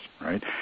right